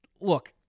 Look